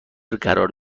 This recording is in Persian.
قرار